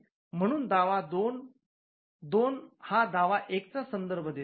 म्हणून दावा २ हा दावा १ चा संदर्भ देतो